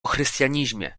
chrystianizmie